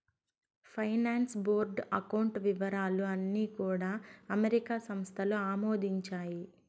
finance board account వివరాలు అన్నీ కూడా అమెరికా సంస్థలు ఆమోదించాయి